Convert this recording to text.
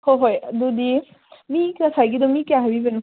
ꯍꯣꯏ ꯍꯣꯏ ꯑꯗꯨꯗꯤ ꯃꯤ ꯉꯁꯥꯏꯒꯤꯗꯣ ꯃꯤ ꯀꯌꯥ ꯍꯥꯏꯕꯤꯕꯅꯣ